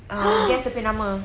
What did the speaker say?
ham ham